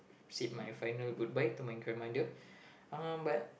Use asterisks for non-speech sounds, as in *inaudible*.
said my final goodbye to my grandmother *breath* uh but